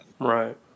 Right